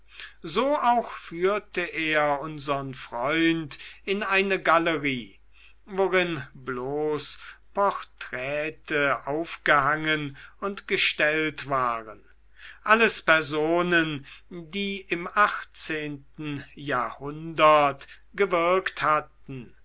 so auch führte er unsern freund in eine galerie worin bloß porträte aufgehangen und gestellt waren alles personen die im achtzehnten jahrhundert gewirkt hatten